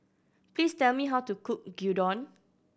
please tell me how to cook Gyudon